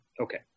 Okay